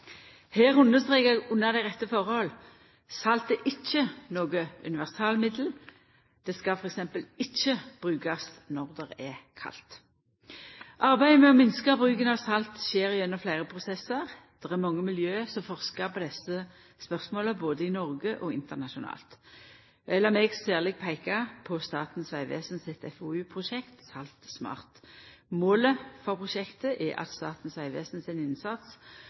Her understrekar eg under dei rette tilhøva; salt er ikkje noko universalmiddel. Det skal f.eks. ikkje brukast når det er kaldt. Arbeidet med å minska bruken av salt skjer gjennom fleire prosessar. Det er mange miljø som forskar på desse spørsmåla, både i Noreg og internasjonalt. Lat meg særleg peika på Statens vegvesen sitt FoU-prosjekt Salt SMART. Målet for prosjektet er at Statens vegvesen sin innsats